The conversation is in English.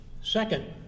Second